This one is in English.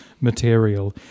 material